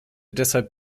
deshalb